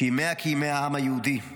שימיה כימי העם היהודי,